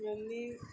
only